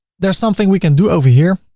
there's something we can do over here.